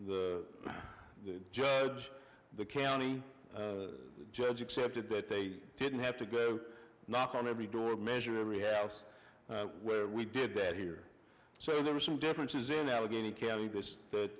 t the judge the county judge accepted that they didn't have to go knock on every door measure every house where we did that here so there are some differences in allegheny county th